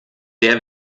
der